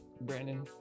Brandon